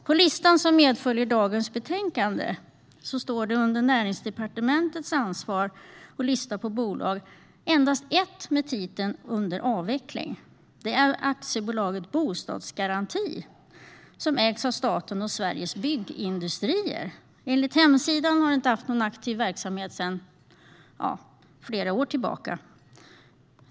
På den lista på bolag som medföljer dagens betänkande står under Näringsdepartementets ansvar endast ett med titeln "under avveckling". Det är AB Bostadsgaranti, som ägts av staten och Sveriges Byggindustrier. Enligt hemsidan har det ingen aktiv verksamhet sedan flera år tillbaka.